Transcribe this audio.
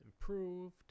improved